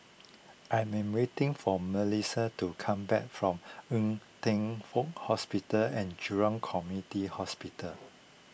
I am waiting for Malissie to come back from Ng Teng Fong Hospital and Jurong Community Hospital